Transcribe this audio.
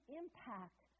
impact